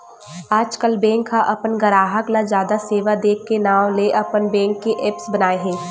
आजकल बेंक ह अपन गराहक ल जादा सेवा दे के नांव ले अपन बेंक के ऐप्स बनाए हे